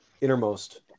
innermost